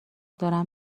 دارم